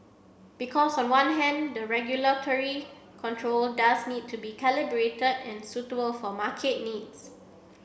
because a one hand the regulatory control does need to be calibrated and suitable for market needs